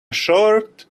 short